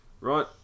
right